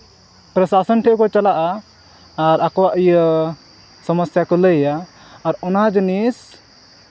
ᱯᱨᱚᱥᱟᱥᱚᱱ ᱴᱷᱮᱱ ᱠᱚ ᱪᱟᱞᱟᱜᱼᱟ ᱟᱨ ᱟᱠᱚᱣᱟᱜ ᱥᱚᱢᱚᱥᱥᱟ ᱠᱚ ᱞᱟᱹᱭᱼᱟ ᱟᱨ ᱚᱱᱟ ᱡᱤᱱᱤᱥ